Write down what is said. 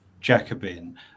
Jacobin